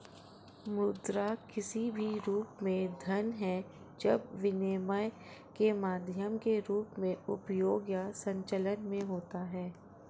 मुद्रा किसी भी रूप में धन है जब विनिमय के माध्यम के रूप में उपयोग या संचलन में होता है